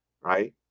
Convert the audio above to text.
right